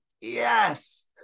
yes